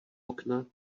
okna